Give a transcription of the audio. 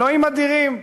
אלוהים אדירים,